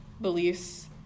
beliefs